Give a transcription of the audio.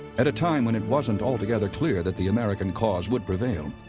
at a time when it wasn't altogether clear that the american cause would prevail,